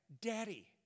Daddy